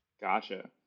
Gotcha